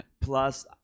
plus